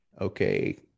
okay